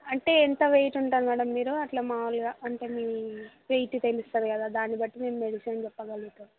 అంటే ఎంత వెయిట్ ఉంటావు మ్యాడమ్ మీరు అట్లా మాములుగా అంటే మీ వెయిట్ తెలుస్తుంది కదా దాన్ని బట్టి మేము మెడిసిన్స్ చెప్పగలుగుతాము